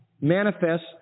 manifest